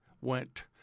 went